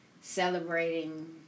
celebrating